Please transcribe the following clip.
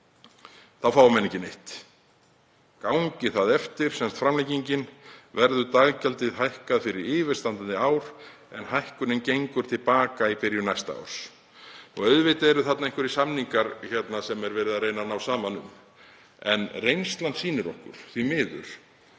þá fái menn ekki neitt. En gangi það eftir, sem sagt framlengingin, verður daggjaldið hækkað fyrir yfirstandandi ár, en hækkunin gengur til baka í byrjun næsta árs. Auðvitað eru þarna einhverjir samningar sem verið er að reyna að ná saman um, en reynslan sýnir okkur, því miður,